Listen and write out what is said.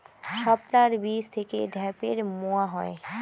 শাপলার বীজ থেকে ঢ্যাপের মোয়া হয়?